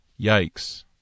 Yikes